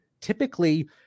typically